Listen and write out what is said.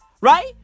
right